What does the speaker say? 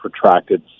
protracted